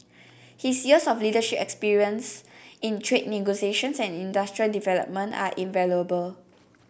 his years of leadership experience in trade negotiations and industrial development are invaluable